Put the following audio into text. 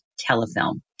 Telefilm